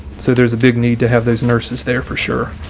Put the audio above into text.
so there's a big need to have those nurses there for sure.